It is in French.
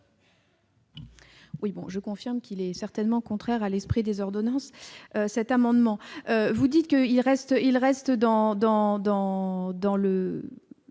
Oui, bon, je confirme qu'il est certainement contraires à l'esprit des ordonnances, cet amendement, vous dites que il reste il reste